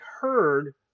heard